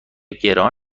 گران